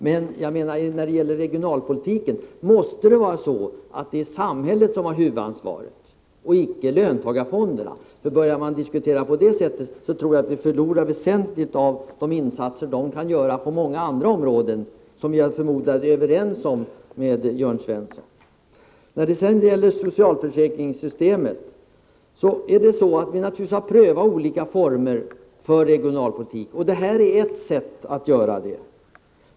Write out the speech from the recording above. Beträffande regionalpolitiken måste det vara så, att det är samhället som har huvudansvaret och icke löntagarfonderna. För skulle man börja diskutera med utgångspunkten att löntagarfonderna skall ha huvudansvaret tror jag att vi förlorar det väsentliga av de insatser fonderna kan göra på många andra områden — något som jag förmodar att Jörn Svensson och jag är överens om. I fråga om försäkringssystemet har vi prövat olika former för regionalpolitik, och det här är ett sätt.